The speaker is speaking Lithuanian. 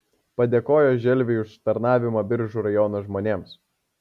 padėkojo želviui už tarnavimą biržų rajono žmonėms